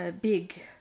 big